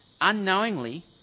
unknowingly